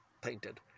painted